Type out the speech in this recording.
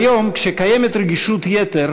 היום, כשקיימת רגישות יתר,